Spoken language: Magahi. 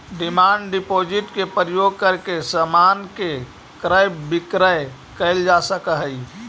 डिमांड डिपॉजिट के प्रयोग करके समान के क्रय विक्रय कैल जा सकऽ हई